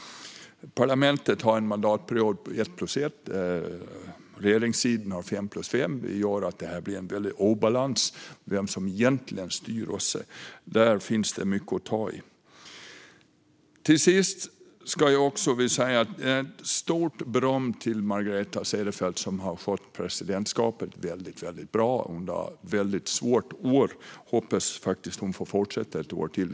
Parlamentet har en mandatperiod på ett plus ett. Regeringssidan har fem plus fem. Det gör att det blir en väldig obalans i vem som egentligen styr OSSE. Där finns det mycket att ta tag i. Till sist vill jag ge ett stort beröm till Margareta Cederfelt, som har skött presidentskapet väldigt bra under ett väldigt svårt år. Jag hoppas att hon får fortsätta ett år till.